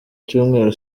cyumweru